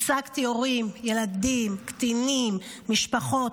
ייצגתי הורים, ילדים, קטינים ומשפחות.